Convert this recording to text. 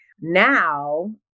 Now